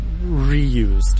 reused